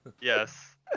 yes